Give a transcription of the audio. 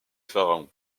pharaons